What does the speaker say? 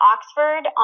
Oxford